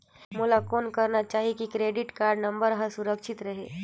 मोला कौन करना चाही की क्रेडिट कारड नम्बर हर सुरक्षित रहे?